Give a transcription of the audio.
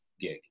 gig